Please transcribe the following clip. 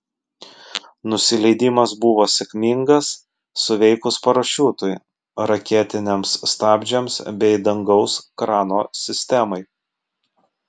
nusileidimas buvo sėkmingas suveikus parašiutui raketiniams stabdžiams bei dangaus krano sistemai